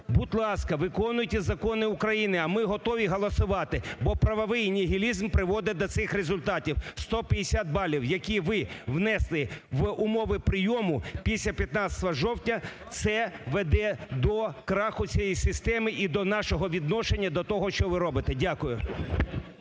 Будь ласка, виконуйте закони України, а ми готові голосувати, бо правовий нігілізм приводить до цих результатів. 150 балів, які ви внесли в умови прийому, після 15 жовтня це веде до краху цієї системи і до нашого відношення, до того, що ви робите. Дякую.